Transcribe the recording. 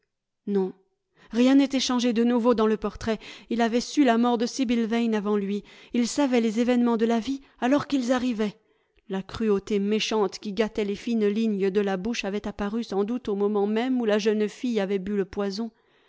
non rien n'était changé de nouveau dans le portrait il avait su la mort de sibyl varie avant lui il savait les événements de la vie alors qu'ils arrivaient la cruauté méchante qui gâtait les fines lignes de la bouche avait apparu sans doute au moment même où la jeune fille avait bu le poison